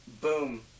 boom